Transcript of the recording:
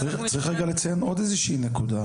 צריך לציין עוד נקודה.